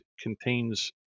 contains